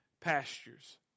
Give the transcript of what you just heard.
pastures